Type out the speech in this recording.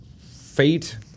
Fate